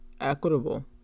equitable